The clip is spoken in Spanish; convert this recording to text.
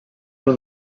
unos